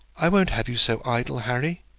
i won't have you so idle, harry,